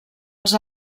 els